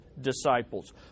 disciples